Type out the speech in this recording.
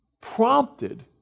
prompted